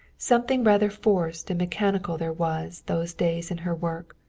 something rather forced and mechanical there was those days in her work.